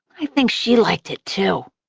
i think she liked it, too.